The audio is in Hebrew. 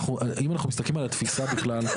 אם אנחנו מסתכלים על התפיסה בכלל,